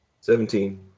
Seventeen